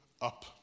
up